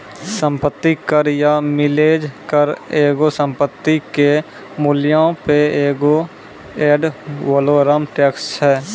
सम्पति कर या मिलेज कर एगो संपत्ति के मूल्यो पे एगो एड वैलोरम टैक्स छै